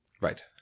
Right